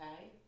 Okay